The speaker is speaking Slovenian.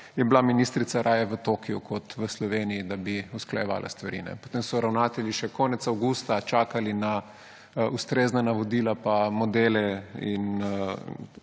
je bila ministrica raje v Tokiu kot v Sloveniji, da bi usklajevala stvari. Potem so ravnatelji še konec avgusta čakali na ustrezna navodila pa modele, in